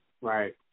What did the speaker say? Right